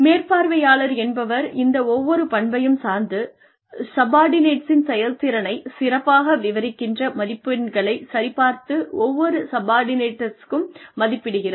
மேற்பார்வையாளர் என்பவர் இந்த ஒவ்வொரு பண்பையும் சார்ந்து சப்பார்ட்டினேட்ஸின் செயல்திறனைச் சிறப்பாக விவரிக்கின்ற மதிப்பெண்களைச் சரிபார்த்து ஒவ்வொரு சப்பார்ட்டினேட்ஸூக்கும் மதிப்பிடுகிறார்